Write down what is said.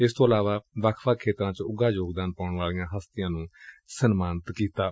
ਇਸ ਤੋਂ ਇਲਾਵਾ ਵੱਖ ਵੱਖ ਖੇਤਰਾਂ ਚ ਉੱਘਾ ਯੋਗਦਾਨ ਪਾਉਣ ਵਾਲੀਆਂ ਹਸਤੀਆਂ ਨੂੰ ਵੀ ਸਨਮਾਨਿਤ ਕੀਤਾ ਗਿਆ